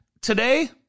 Today